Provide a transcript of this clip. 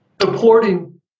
supporting